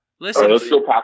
Listen